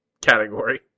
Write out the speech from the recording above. category